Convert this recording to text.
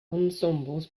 ensembles